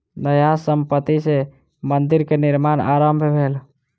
न्यास संपत्ति सॅ मंदिर के निर्माण आरम्भ भेल